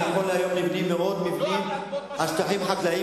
וכיום נבנים מאות מבנים על שטחים חקלאיים